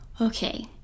Okay